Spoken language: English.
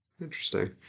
Interesting